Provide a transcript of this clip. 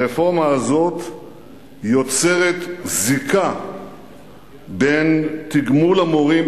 הרפורמה הזאת יוצרת זיקה בין תגמול המורים,